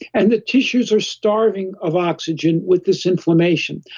and the tissues are starving of oxygen with this inflammation.